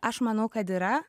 aš manau kad yra